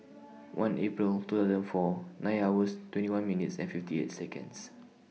one April two thousand and four nine hours twenty one minutes and fifty eight Seconds